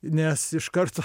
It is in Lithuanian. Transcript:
nes iš karto